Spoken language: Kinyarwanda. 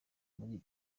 muri